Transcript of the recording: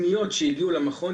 מהפניות שהגיעו למכון,